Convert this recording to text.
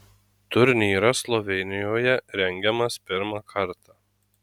turnyras slovėnijoje rengiamas pirmą kartą